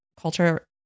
culture